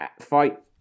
fight